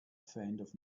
faint